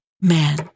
man